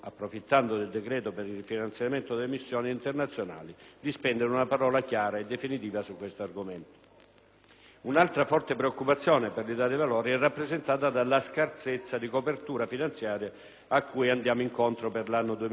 Un'altra forte preoccupazione per l'Italia dei Valori è rappresentata dalla scarsezza di copertura finanziaria a cui andiamo incontro per l'anno 2009. Come molti in quest'Aula sanno, il capitolo di spesa che riguarda la copertura economica delle missioni